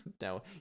No